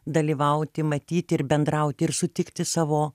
dalyvauti matyti ir bendrauti ir sutikti savo